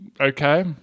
Okay